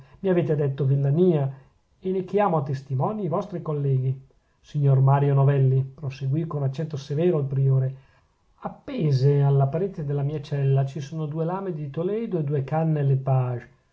mi avete detto villania e ne chiamo a testimoni i vostri colleghi signor mario novelli proseguì con accento severo il priore appese alla parete della mia cella ci sono due lame di toledo e due canne lepage